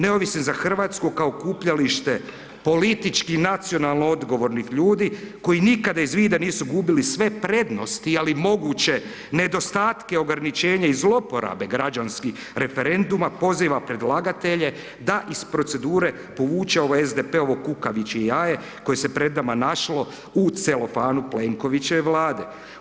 Neovisni za Hrvatsku kao okupljalište politički nacionalno odgovornih ljudi koji nikada iz vida nisu gubili sve prednosti, ali moguće nedostatke ograničenja i zlouporabe građanskih referenduma, poziva predlagatelje da iz procedure povuče ovo SDP-ovo kukavičje jaje koje se pred nama našlo u celofanu Plenkovićeve Vlade.